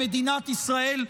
במדינת ישראל,